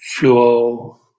fluo